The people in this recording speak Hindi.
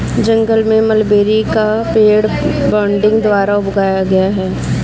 जंगल में मलबेरी का पेड़ बडिंग द्वारा उगाया गया है